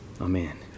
Amen